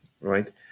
right